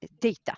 data